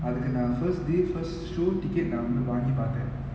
அதுக்கு நா:athuku naa first day first show ticket நா வந்து வாங்கி பாத்தன்:naa vanthu vaangi paathan